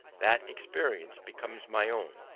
that experience becomes my own.